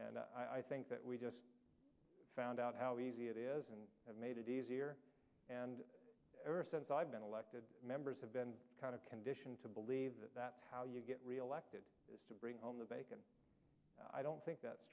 and i think that we just found out how easy it is and i've made it easier and ever since i've been elected members have been kind of conditioned to believe that that's how you get reelected is to bring home the bacon i don't think that's